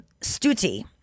Stuti